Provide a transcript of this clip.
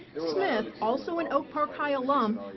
smith, also an oak park high alum,